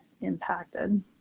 impacted